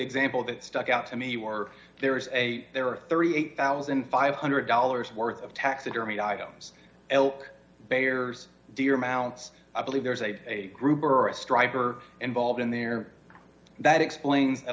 example that stuck out to me or there is a there are thirty eight thousand five hundred dollars worth of taxidermy items elke beyers dear amounts i believe there is a group or a striver involved in there that explains a